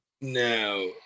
No